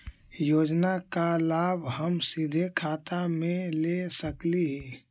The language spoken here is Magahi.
योजना का लाभ का हम सीधे खाता में ले सकली ही?